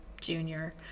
junior